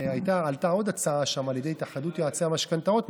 עלתה עוד הצעה שם על ידי התאחדות יועצי המשכנתאות,